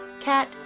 Cat